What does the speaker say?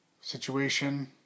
situation